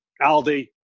Aldi